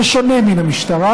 בשונה מן המשטרה,